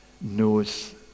knows